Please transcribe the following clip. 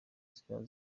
zaba